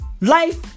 Life